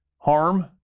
harm